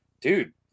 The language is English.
Dude